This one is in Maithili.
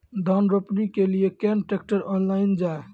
धान रोपनी के लिए केन ट्रैक्टर ऑनलाइन जाए?